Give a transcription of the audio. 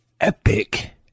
epic